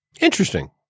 Interesting